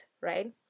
right